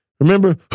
Remember